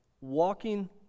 walking